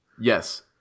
Yes